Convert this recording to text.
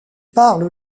parle